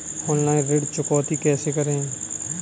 Online ऋण चुकौती कैसे करें?